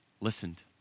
Listened